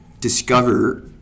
discover